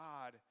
God